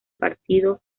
partido